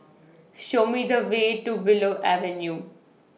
Show Me The Way to Willow Avenue